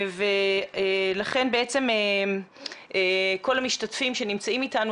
לכן בעצם כל המשתתפים שנמצאים איתנו,